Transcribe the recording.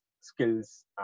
skills